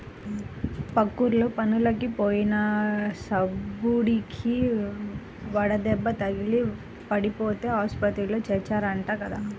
పక్కూర్లో పనులకి పోయిన సుబ్బడికి వడదెబ్బ తగిలి పడిపోతే ఆస్పత్రిలో చేర్చారంట కదా